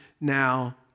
now